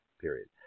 Period